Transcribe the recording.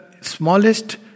smallest